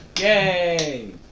Yay